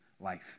life